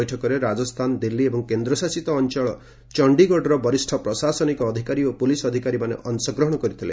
ବୈଠକରେ ରାଜସ୍ଥାନ ଦିଲ୍ଲୀ ଏବଂ କେନ୍ଦ୍ରଶାସିତ ଅଞ୍ଚଳ ଚଣ୍ଡୀଗଡ଼ର ବରିଷ୍ଣ ପ୍ରଶାସନିକ ଅଧିକାରୀ ଓ ପୁଲିସ୍ ଅଧିକାରୀମାନେ ଅଂଶଗ୍ରହଣ କରିଥିଲେ